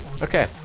Okay